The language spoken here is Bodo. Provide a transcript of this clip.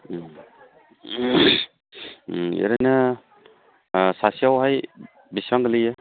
एरैनो ओ सासेयावहाय बेसेबां गोलैयो